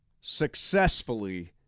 successfully